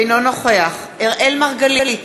אינו נוכח אראל מרגלית,